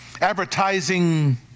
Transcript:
Advertising